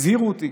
הזהירו אותי,